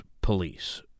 police